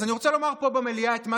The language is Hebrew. אז אני רוצה לומר פה במליאה את מה